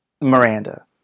Miranda